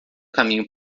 caminho